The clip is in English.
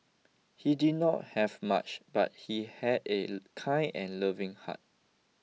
he did not have much but he had a kind and loving heart